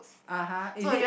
(uh huh) is it